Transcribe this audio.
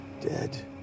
dead